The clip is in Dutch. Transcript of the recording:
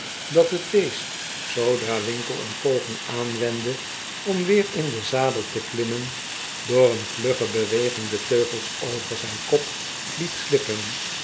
die hem beest zoodra winkle een poging aanwendde om weer in den zadel te klimmen door een vlugge beweging de teugels over zijn kop liet glippen